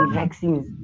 vaccines